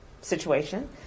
situation